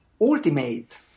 ultimate